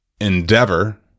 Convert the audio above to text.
endeavor